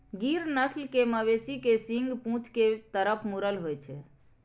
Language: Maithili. गिर नस्ल के मवेशी के सींग पीछू के तरफ मुड़ल होइ छै